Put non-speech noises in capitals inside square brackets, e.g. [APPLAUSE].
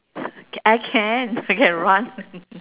c~ I can I can run [LAUGHS]